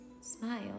smile